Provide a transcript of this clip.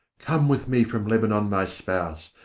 come with me from lebanon, my spouse,